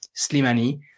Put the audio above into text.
Slimani